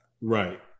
Right